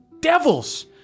devils